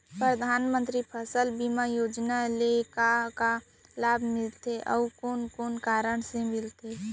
परधानमंतरी फसल बीमा योजना ले का का लाभ मिलथे अऊ कोन कोन कारण से मिलथे?